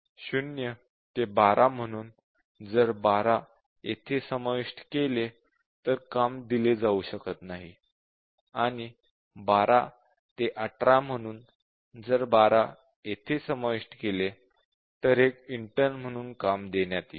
0 ते 12 म्हणून जर 12 येथे समाविष्ट केले तर काम दिले जाऊ शकत नाही आणि १२ ते १८ म्हणून जर 12 येथे समाविष्ट केलेतर एक इंटर्न म्हणून काम देण्यात येईल